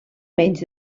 menys